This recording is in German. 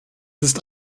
ist